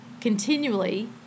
continually